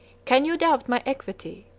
can you doubt my equity?